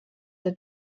der